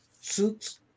suits